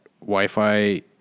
Wi-Fi